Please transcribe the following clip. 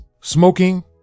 Smoking